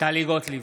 טלי גוטליב,